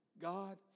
God